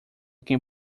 can